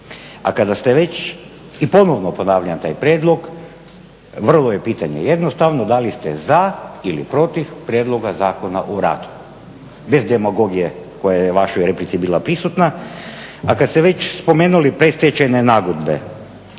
A kada ste već i ponovno ponavljam taj prijedlog, vrlo je pitanje jednostavno, da li ste za ili protiv Prijedloga Zakona o radu. Bez demagogije koja je u vašoj replici bila prisutna. A kada ste već spomenuli predstečajne nagodbe,